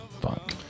Fuck